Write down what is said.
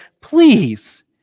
Please